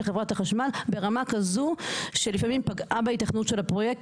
חברת החשמל ברמה כזו שלפעמים פגעה בהיתכנות של הפרויקט,